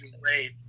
great